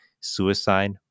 suicide